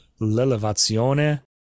l'elevazione